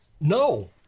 No